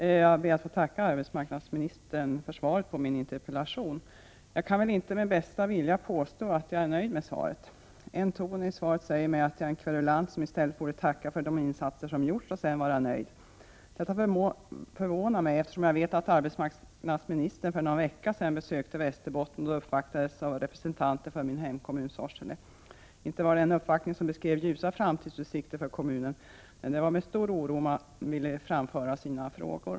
Fru talman! Jag ber att få tacka arbetsmarknadsministern för svaret på min interpellation. Jag kan väl inte med bästa vilja påstå att jag är nöjd med svaret. En ton i svaret säger mig att jag är en kverulant som i stället borde tacka för de insatser som gjorts och sedan vara nöjd. Detta förvånar mig, eftersom jag vet att arbetsmarknadsministern för någon vecka sedan besökte Västerbotten och då uppvaktades av representanter för min hemkommun, Sorsele. Inte var det en uppvaktning som beskrev ljusa framtidsutsikter för kommunen, nej det var med stor oro man ville framföra sina frågor.